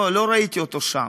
לא ראיתי אותו שם.